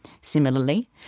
Similarly